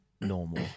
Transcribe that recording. normal